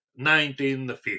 1950